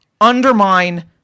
undermine